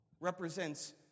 represents